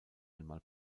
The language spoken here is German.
einmal